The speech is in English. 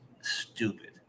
Stupid